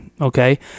Okay